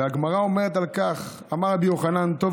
והגמרא אומרת על כך: "אמר רבי יוחנן: טוב